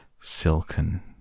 silken